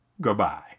goodbye